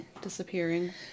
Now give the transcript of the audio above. disappearing